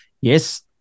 yes